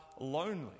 lonely